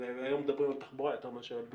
היום מדברים על תחבורה יותר מאשר על ביטחון.